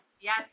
Yes